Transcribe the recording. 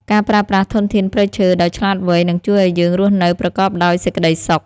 ការប្រើប្រាស់ធនធានព្រៃឈើដោយឆ្លាតវៃនឹងជួយឱ្យយើងរស់នៅប្រកបដោយសេចក្តីសុខ។